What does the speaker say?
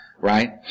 right